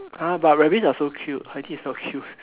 !huh! but rabbits are so cute Heidi is not cute